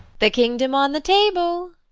the kingdom on the table!